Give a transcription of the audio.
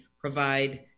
provide